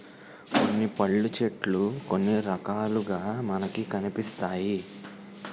కొన్ని పళ్ళు చెట్లు కొన్ని రకాలుగా మనకి కనిపిస్తాయి